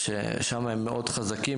שם הם מאוד חזקים,